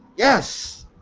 yes.